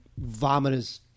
vomitous